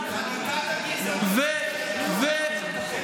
חניקת הגזענות, זה מה שמטריד אותך.